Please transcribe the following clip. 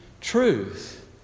truth